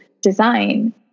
design